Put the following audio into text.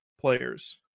players